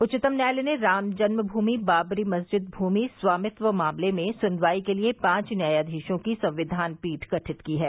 उच्चतम न्यायालय ने राम जन्मभूमि बाबरी मस्जिद भूमि स्वामित्व मामले में सुनवाई के लिए पांच न्यायाधीशों की संविधान पीठ गठित की है